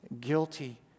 Guilty